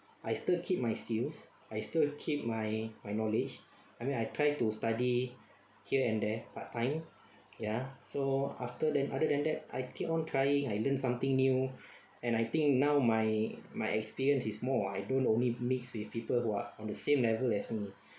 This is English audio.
I still keep my skills I still keep my my knowledge I mean I tried to study here and there part time ya so after that other than that I keep on trying I learn something new and I think now my my experience is more I don't only mix with people who are on the same level as me